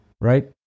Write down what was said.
right